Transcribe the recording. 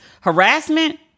harassment